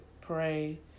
Pray